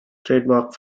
trademark